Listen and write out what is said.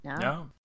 No